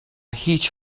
هیچ